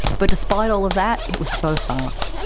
but despite all of that, it was so fast.